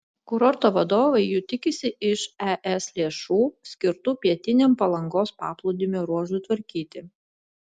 kurorto vadovai jų tikisi iš es lėšų skirtų pietiniam palangos paplūdimio ruožui tvarkyti